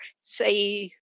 say